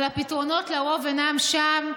אבל לרוב הפתרונות אינם שם.